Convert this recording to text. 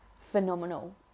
phenomenal